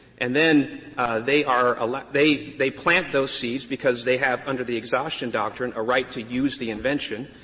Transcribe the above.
and then they are like they they plant those seeds because they have, under the exhaustion doctrine, a right to use the invention,